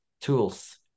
tools